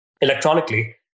Electronically